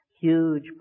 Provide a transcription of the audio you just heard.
huge